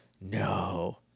no